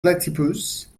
platypus